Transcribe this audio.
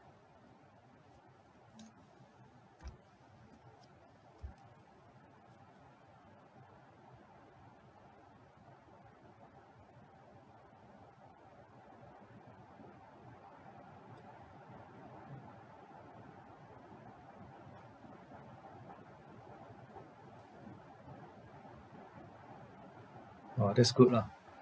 !wah! that's good lah